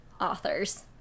authors